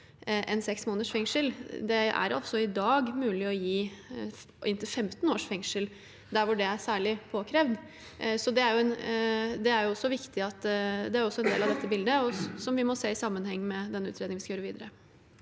enn seks måneders fengsel. Det er i dag mulig å gi inntil 15 års fengsel der det er særlig påkrevd. Det er også en del av dette bildet, som vi må se i sammenheng med den utredningen vi skal gjøre videre.